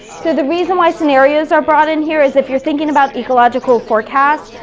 so the reason why scenarios are brought in here is if you're thinking about ecological forecast,